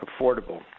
affordable